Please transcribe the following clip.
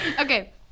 Okay